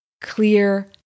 clear